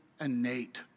innate